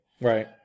Right